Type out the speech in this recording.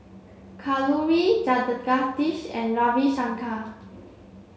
Kalluri Jagadish and Ravi Shankar